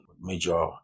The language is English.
major